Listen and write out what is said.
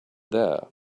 there